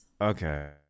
okay